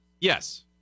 Yes